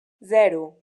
zero